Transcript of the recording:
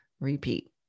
repeat